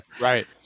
right